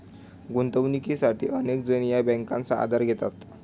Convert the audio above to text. गुंतवणुकीसाठी अनेक जण या बँकांचा आधार घेतात